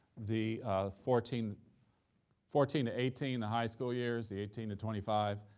the fourteen fourteen to eighteen, the high school years, the eighteen to twenty five,